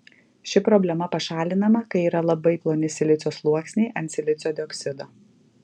ši problema pašalinama kai yra labai ploni silicio sluoksniai ant silicio dioksido